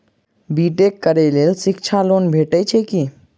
B tech करै लेल शिक्षा लोन भेटय छै की?